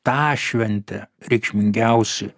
tą šventę reikšmingiausi